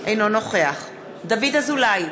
אינו נוכח דוד אזולאי,